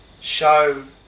show